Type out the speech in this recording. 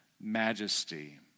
majesty